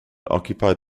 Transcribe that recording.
occupied